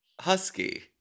Husky